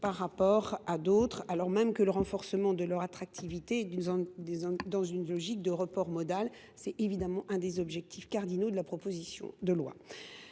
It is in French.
de déplacement, alors même que le renforcement de leur attractivité, dans une logique de report modal, constitue l’un des objectifs cardinaux de la proposition de loi.